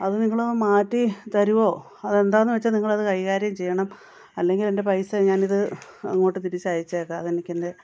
അതു നിങ്ങൾ മാറ്റി തരുമോ അതെന്താണെന്നു വെച്ചാൽ നിങ്ങളത് കൈകാര്യം ചെയ്യണം അല്ലെങ്കിൽ എൻ്റെ പൈസ ഞാനിത് അങ്ങോട്ടു തിരിച്ചയച്ചേക്കാം അതെനിക്കെൻ്റെ